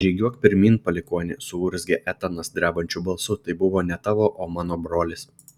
žygiuok pirmyn palikuoni suurzgė etanas drebančiu balsu tai buvo ne tavo o mano brolis